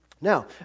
Now